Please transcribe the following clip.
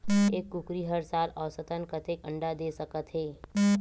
एक कुकरी हर साल औसतन कतेक अंडा दे सकत हे?